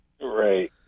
Right